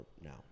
now